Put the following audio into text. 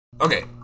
Okay